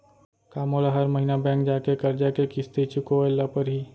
का मोला हर महीना बैंक जाके करजा के किस्ती चुकाए ल परहि?